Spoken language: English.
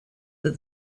that